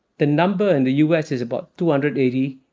the number in the u. s. is about two hundred eighty.